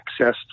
accessed